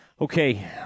Okay